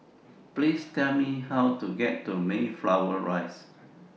Please Tell Me How to get to Mayflower Rise